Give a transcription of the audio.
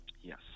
Yes